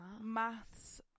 Maths